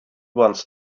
wants